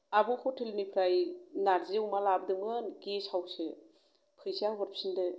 आब' हटेल निफ्राय नारजि अमा लाबोदोंमोन गेसावसो फैसाया हरफिनदो